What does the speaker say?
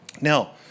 Now